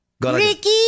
Ricky